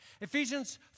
Ephesians